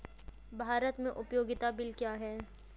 भारत में उपयोगिता बिल क्या हैं?